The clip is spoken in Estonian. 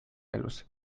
elus